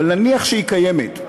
אבל נניח שהיא קיימת,